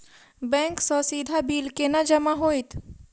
Bank सँ सीधा bill केना जमा होइत?